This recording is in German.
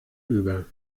über